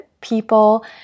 people